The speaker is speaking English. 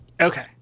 Okay